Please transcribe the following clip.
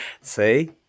See